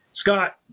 Scott